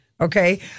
Okay